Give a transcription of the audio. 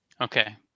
Okay